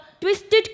twisted